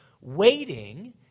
Waiting